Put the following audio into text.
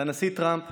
לנשיא טראמפ